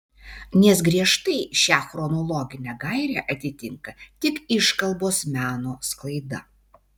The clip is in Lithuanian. nes griežtai šią chronologinę gairę atitinka tik iškalbos meno sklaida